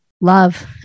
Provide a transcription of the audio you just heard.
love